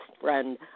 friend